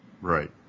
Right